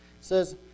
says